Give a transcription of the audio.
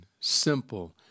simple